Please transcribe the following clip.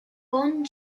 bon